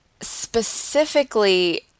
specifically